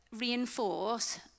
reinforce